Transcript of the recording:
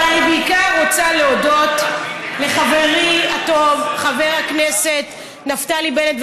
אבל אני בעיקר רוצה להודות לחברי הטוב חבר הכנסת נפתלי בנט,